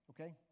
Okay